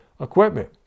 equipment